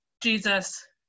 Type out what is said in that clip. Jesus